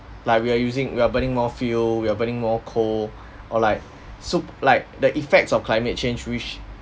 like we are using we are burning more fuel we are burning more coal or like soup like the effects of climate change which